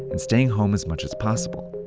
and staying home as much as possible.